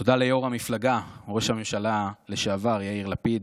תודה ליו"ר המפלגה, ראש הממשלה לשעבר יאיר לפיד,